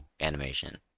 animation